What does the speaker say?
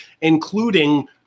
including